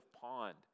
pond